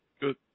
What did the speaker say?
Good